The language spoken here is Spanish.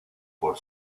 por